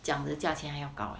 讲的价钱还要高 leh